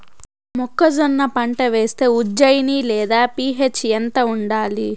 మొక్కజొన్న పంట వేస్తే ఉజ్జయని లేదా పి.హెచ్ ఎంత ఉండాలి?